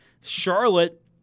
Charlotte